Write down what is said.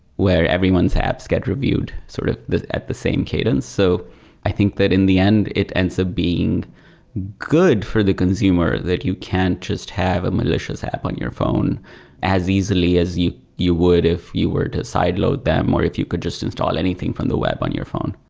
where everyone's apps get reviewed sort of at the same cadence. so i think that in the end, it ends up being good for the consumer that you can't just have a malicious app on your phone as easily as you you would if you were to side load them more if you could just install anything from the web on your phone.